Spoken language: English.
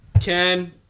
Ken